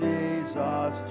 Jesus